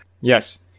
Yes